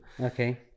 Okay